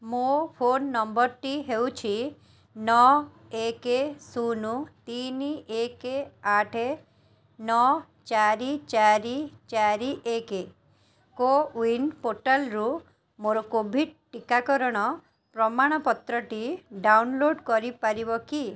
ମୋ ଫୋନ୍ ନମ୍ବରଟି ହେଉଛି ନଅ ଏକ ଶୂନ ତିନି ଏକ ଆଠ ନଅ ଚାରି ଚାରି ଚାରି ଏକ କୋୱିନ୍ ପୋର୍ଟାଲ୍ରୁ ମୋର କୋଭିଡ଼୍ ଟୀକାକରଣ ପ୍ରମାଣପତ୍ରଟି ଡାଉନଲୋଡ଼୍ କରିପାରିବ କି